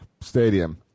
stadium